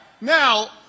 now